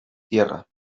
tierra